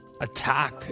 attack